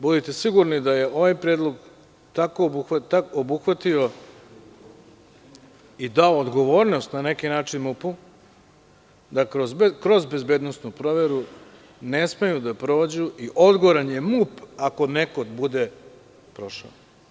Budite sigurni da je ovaj predlog obuhvatio i dao odgovornost, na neki način, MUP-u, da kroz bezbednosnu proveru ne smeju da prođu i odgovoran je MUP ako neko bude prošao.